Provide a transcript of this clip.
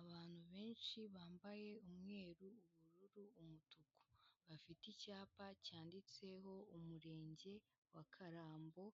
Abantu benshi bambaye umweru, ubururu, umutuku, bafite icyapa cyanditseho umurenge wa Karambo,